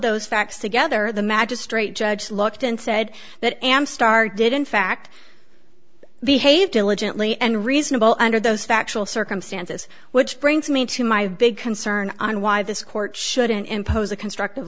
those facts together the magistrate judge looked and said that am star did in fact behaved diligently and reasonable under those factual circumstances which brings me to my big concern on why this court shouldn't impose a constructive